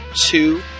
two